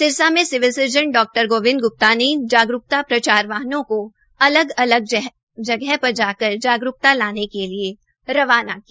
सिरसा में civil surgeon डा गोबिंद ग्प्ता ने जागरूकता प्रचार वाहनों के अलग अलग जगह पर जाकर कर जागरूकता लाने के रवाना किया